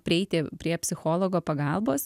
prieiti prie psichologo pagalbos